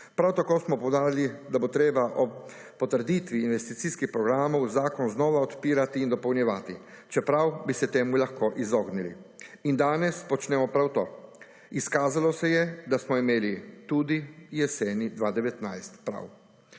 Prav tako smo poudarili, da bo treba ob potrditvi investicijskih programov zakon znova odpirati in dopolnjevati, čeprav bi se temu lahko izognili. In danes počnemo prav to. Izkazalo se je, da smo imeli tudi jeseni 2019 prav.